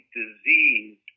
disease